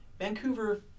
Vancouver